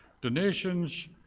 donations